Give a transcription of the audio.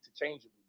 interchangeable